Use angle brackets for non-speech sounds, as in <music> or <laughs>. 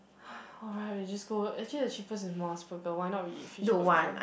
<laughs> alright we just go actually the cheapest is Mos Burger why not we eat fish burger